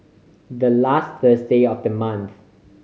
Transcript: the last Thursday of the month